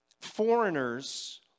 foreigners